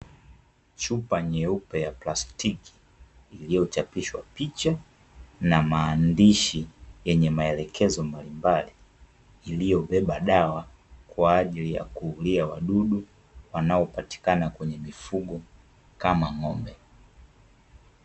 Chupa nyeupe ya plastiki iliyochapishwa picha na maandishi yenye maelekezo mbalimbali, iliyobeba dawa kwa ajili ya kuulia wadudu wanaopatikana kwenye mifugo kama ng'ombe.